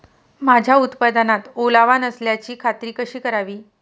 माझ्या उत्पादनात ओलावा नसल्याची खात्री कशी करावी?